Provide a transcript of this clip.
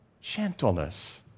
Gentleness